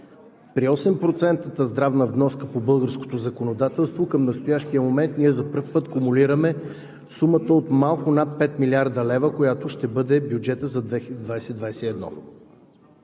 При 8% здравна вноска по българското законодателство към настоящия момент ние за пръв път акумулираме сумата от малко над 5 млрд. лв., която ще бъде бюджетът за 2021